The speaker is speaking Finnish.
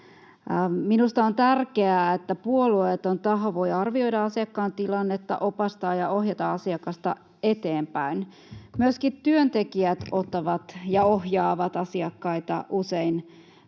Minusta on tärkeää, että puolueeton taho voi arvioida asiakkaan tilannetta, opastaa ja ohjata asiakasta eteenpäin. Myöskin työntekijät usein ottavat ja ohjaavat asiakkaita